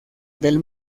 del